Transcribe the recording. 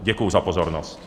Děkuji za pozornost.